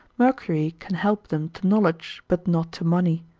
mercury can help them to knowledge, but not to money.